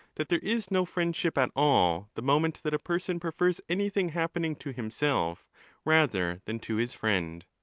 that there is no friendship at all the moment that a person prefers anything happening to himself rather than to his friend.